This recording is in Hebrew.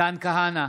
מתן כהנא,